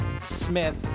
Smith